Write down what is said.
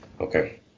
Okay